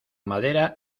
madera